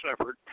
effort